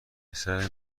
پسر